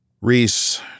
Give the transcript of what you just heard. Reese